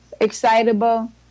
excitable